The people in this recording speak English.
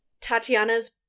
Tatiana's